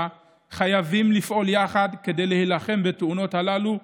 חייבים לפעול יחד כדי להילחם בתאונות הללו,